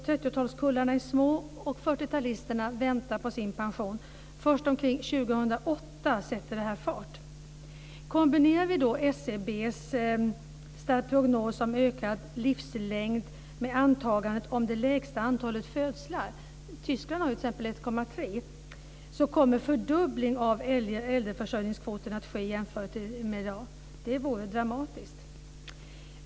30-talskullarna är små, och 40-talisterna väntar på sin pension. Först omkring år 2008 sätter det fart. Kombinerar vi SCB:s prognos om ökad livslängd med antagandet om det lägsta antalet födslar - Tyskland har t.ex. 1,3 - kommer en fördubbling av äldreförsörjningskvoten att ske i jämförelse med i dag. Det vore dramatiskt.